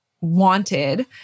wanted